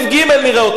נראה אותם,